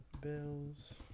bills